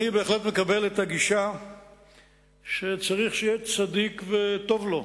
אני בהחלט מקבל את הגישה שצריך שיהיה צדיק וטוב לו.